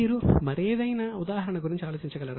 మీరు మరేదైనా ఉదాహరణ గురించి ఆలోచించగలరా